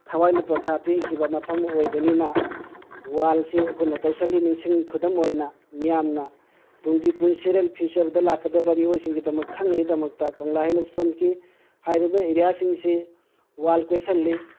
ꯊꯋꯥꯏꯅ ꯄꯣꯟꯊꯥ ꯄꯤꯈꯤꯕ ꯃꯐꯝ ꯑꯣꯏꯕꯅꯤꯅ ꯋꯥꯜꯁꯤ ꯑꯩꯈꯣꯏꯅ ꯇꯧꯁꯤꯜꯂꯤ ꯅꯤꯡꯁꯤꯡ ꯈꯨꯗꯝ ꯑꯣꯏꯅ ꯃꯤꯌꯥꯝꯅ ꯇꯨꯡꯒꯤ ꯄꯨꯟꯁꯤꯔꯦꯜ ꯐꯤꯎꯆꯔꯗ ꯂꯥꯛꯀꯥꯗꯕ ꯃꯤꯑꯣꯏꯁꯤꯡꯒꯤꯗꯃꯛ ꯈꯪꯅꯕꯒꯤꯗꯃꯛꯇꯥ ꯀꯪꯂꯥ ꯍꯥꯏꯅꯁꯨ ꯊꯣꯟꯈꯤ ꯍꯥꯏꯔꯤꯕ ꯑꯦꯔꯤꯌꯥꯁꯤꯡꯁꯤ ꯋꯥꯜ ꯀꯣꯏꯁꯤꯜꯂꯤ